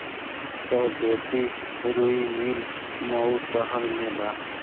स्वदेशी रुई मिल मऊ शहर में बा